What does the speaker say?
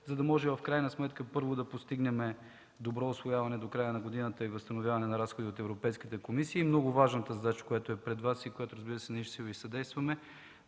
за да може в крайна сметка, първо, да постигнем добро усвояване до края на годината и възстановяване на разходи от Европейската комисия, и много важната задача, която е пред Вас и за която ние ще Ви съдействаме